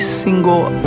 single